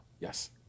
Yes